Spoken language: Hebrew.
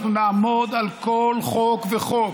אנחנו נעמוד על כל חוק וחוק,